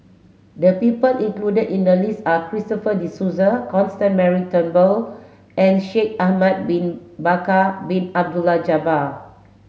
the people included in the list are Christopher De Souza Constance Mary Turnbull and Shaikh Ahmad bin Bakar Bin Abdullah Jabbar